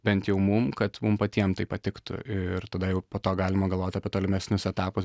bent jau mum kad mum patiem tai patiktų ir tada jau po to galima galvot apie tolimesnius etapus